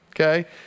Okay